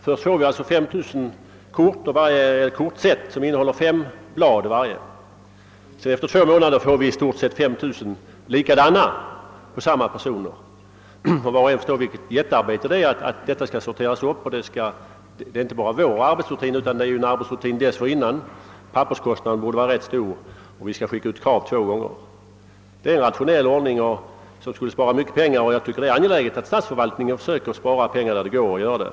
Först får vi alltså 5 000 kort, och varje kortset innehåller fem blad. Efter två månader får vi ytterligare ungefär 5 000 likadana kort för samma personer. Var och en förstår vilket jättearbete det är att sortera upp allt detta. Det är inte bara vi som arbetar med korten, utan det förekommer också en arbetsrutin dessförinnan. Papperskostnaden torde även vara rätt stor och vi skall skicka ut krav två gånger. En rationellare ordning skulle spara mycket pengar, och jag finner det angeläget att statsförvaltningen försöker spara pengar när det går att göra det.